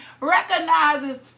recognizes